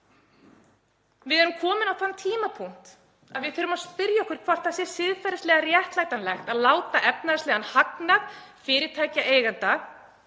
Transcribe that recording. Við erum komin á þann tímapunkt að við þurfum að spyrja okkur hvort það sé siðferðislega réttlætanlegt að láta efnahagslegan hagnað fyrirtækjaeigenda